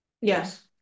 Yes